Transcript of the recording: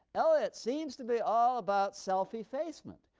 eliot seems to be all about self-effacement,